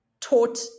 taught